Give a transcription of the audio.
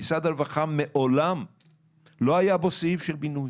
משרד הרווחה מעולם לא היה בו סעיף של בינוי.